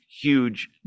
huge